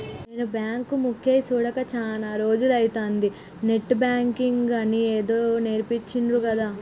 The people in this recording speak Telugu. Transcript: నేను బాంకు మొకేయ్ సూడక చాల రోజులైతంది, నెట్ బాంకింగ్ అని ఏదో నేర్పించిండ్రు గదా